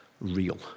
real